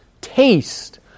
taste